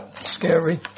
scary